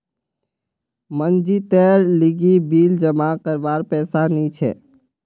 मनजीतेर लीगी बिल जमा करवार पैसा नि छी